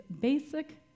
basic